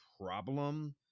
problem